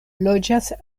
loĝas